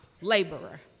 laborer